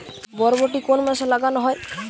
বরবটি কোন মাসে লাগানো হয়?